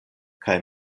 kaj